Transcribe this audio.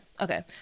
okay